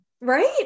right